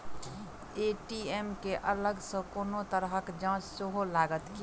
ATM केँ अलग सँ कोनो तरहक चार्ज सेहो लागत की?